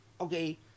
okay